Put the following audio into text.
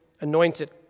anointed